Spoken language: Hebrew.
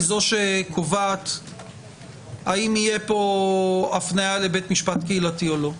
זו שקובעת האם תהיה פה הפניה לבית משפט קהילתי או לא.